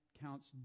counts